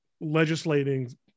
legislating